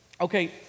Okay